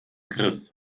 griff